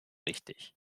richtig